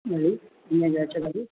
भली हींअर अचो भली